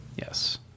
Yes